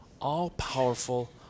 all-powerful